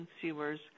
consumers